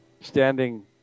standing